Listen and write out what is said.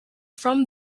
from